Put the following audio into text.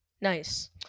Nice